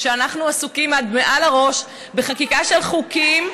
שאנחנו עסוקים עד מעל הראש בחקיקה של חוקים,